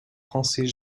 français